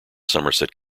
somerset